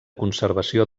conservació